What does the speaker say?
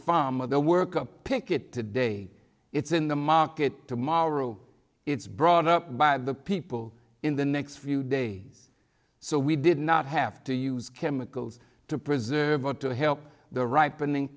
farmer the work a picket today it's in the market tomorrow it's brought up by the people in the next few days so we did not have to use chemicals to preserve or to help the ripening